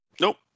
Nope